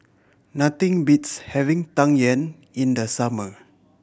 nothing beats having Tang Yuen in the summer